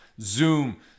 Zoom